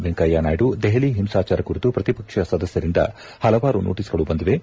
ವೆಂಕಯ್ನ ನಾಯ್ನು ದೆಹಲಿ ಹಿಂಸಾಚಾರ ಕುರಿತು ಪ್ರತಿಪಕ್ಷ ಸದಸ್ನರಿಂದ ಪಲವಾರು ನೋಟಿಸ್ಗಳು ಬಂದಿವೆ